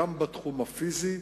גם בתחום הפיזי,